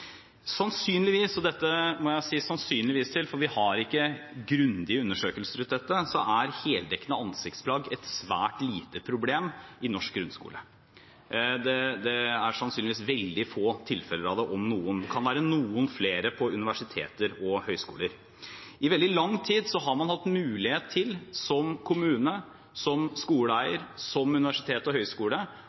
Sannsynligvis – og dette må jeg si sannsynligvis til, for vi har ikke grundige undersøkelser rundt dette – er heldekkende ansiktsplagg et svært lite problem i norsk grunnskole. Det er sannsynligvis veldig få tilfeller av det, om noen. Det kan være noen flere på universiteter og høyskoler. I veldig lang tid har man hatt mulighet til som kommune, som skoleeier, som universitet og høyskole